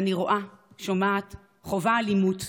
אני רואה, שומעת, חווה אלימות.